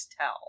tell